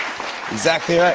exactly right.